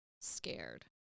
scared